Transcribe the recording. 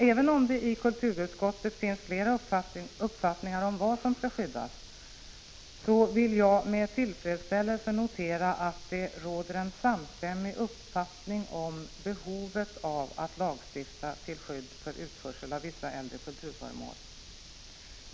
Även om det i kulturutskottet finns flera uppfattningar om vad som skall skyddas, vill jag med tillfredsställelse notera att det råder en samstämmig uppfattning om behovet av att lagstifta till skydd för utförsel av vissa äldre kulturföremål.